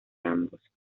ambos